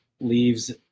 Leaves